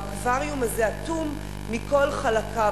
האקווריום הזה אטום מכל חלקיו,